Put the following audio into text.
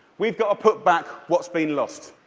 we've got to put back what's been lost.